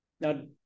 Now